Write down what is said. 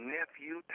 Nephew